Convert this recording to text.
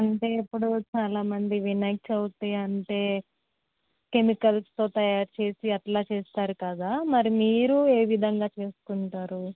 అంటే ఇప్పుడు చాలా మంది వినాయక చవితి అంటే కెమికల్స్ తో తయారు చేసి అట్లా చేస్తారు కదా మరి మీరు ఏ విధంగా చేసుకుంటారు